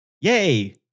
Yay